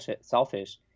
selfish